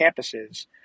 campuses